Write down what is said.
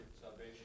salvation